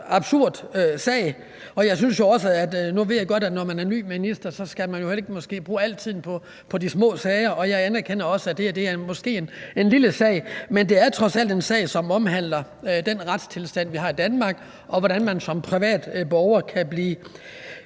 absurd sag. Og nu ved jeg godt, at når man er ny minister, skal man ikke bruge al tiden på de små sager, og jeg anerkender, at det her måske er en lille sag, men det er trods alt en sag, som omhandler den retstilstand, vi har i Danmark, og hvordan man som borger kan blive